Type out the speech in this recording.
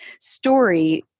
story